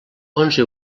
onze